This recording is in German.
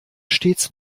stets